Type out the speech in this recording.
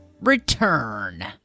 return